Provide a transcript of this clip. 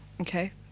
okay